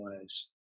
ways